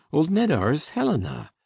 old nedar's helena.